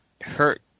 hurt